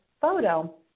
photo